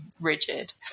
rigid